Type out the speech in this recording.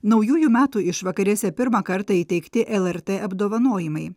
naujųjų metų išvakarėse pirmą kartą įteikti lrt apdovanojimai